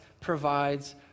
provides